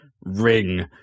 ring